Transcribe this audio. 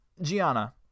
Gianna